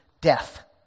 Death